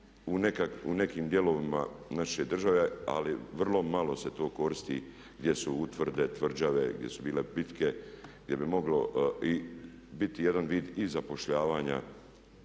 u nekim dijelovima naše države ali vrlo malo se tu koristi gdje su utvrde, tvrđave, gdje su bile bitne gdje bi moglo i biti jedan vid i zapošljavanja